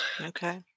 Okay